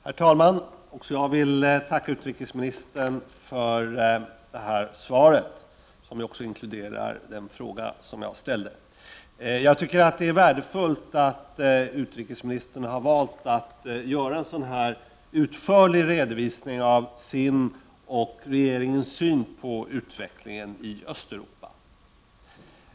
Herr talman! Också jag vill tacka utrikesministern för svaret, som ju också är ett svar på den fråga jag har ställt. Jag tycker att det är värdefullt att utrikesministern har valt att göra en så här utförlig redovisning av sin och regeringens syn på utvecklingen i Östeuropa.